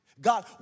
God